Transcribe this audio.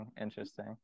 interesting